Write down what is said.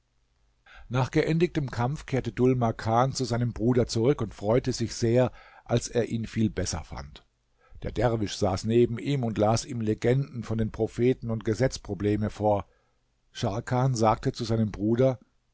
nach geendigtem kampf kehrte dhul makan zu seinem bruder zurück und freute sich sehr als er ihn viel besser fand der derwisch saß neben ihm und las ihm legenden von den propheten und gesetzprobleme vor scharkan sagte zu seinem bruder